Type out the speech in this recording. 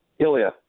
Ilya